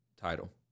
title